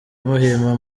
muhima